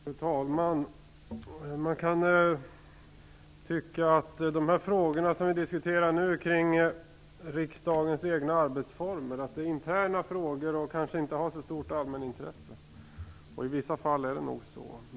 Fru talman! Man kan tycka att de frågor vi nu diskuterar kring riksdagens egna arbetsformer är interna frågor som inte har så stort allmänintresse. I vissa fall är det nog så.